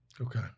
Okay